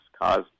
caused